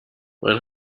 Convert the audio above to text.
man